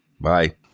bye